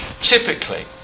Typically